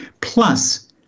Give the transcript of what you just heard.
Plus